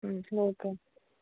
local